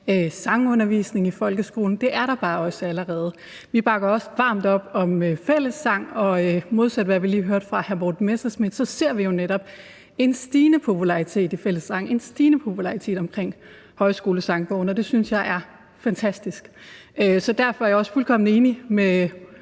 sangundervisning i folkeskolen. Det er der bare også allerede. Vi bakker også varmt op om fællessang, og modsat hvad vi lige hørte fra hr. Morten Messerschmidt, ser vi jo netop en stigende popularitet i fællessang, en stigende popularitet omkring Højskolesangbogen, og det synes jeg er fantastisk. Så derfor er jeg også fuldkommen enig med